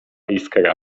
iskra